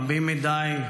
רבים מדי,